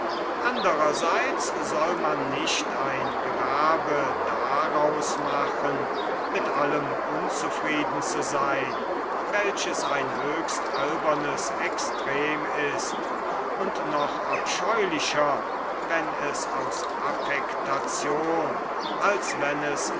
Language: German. andrerseits soll man nicht ein gewerbe daraus machen mit allem unzufrieden zu seyn welches ein höchst albernes extrem ist und noch abscheulicher wann es aus affektation als wann es